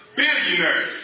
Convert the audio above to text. billionaire